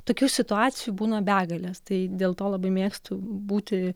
tokių situacijų būna begalės tai dėl to labai mėgstu būti